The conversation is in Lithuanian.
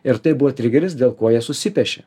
ir tai buvo trigeris dėl ko jie susipešė